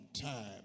time